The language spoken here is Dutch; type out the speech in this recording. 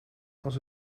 als